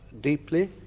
deeply